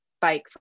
bike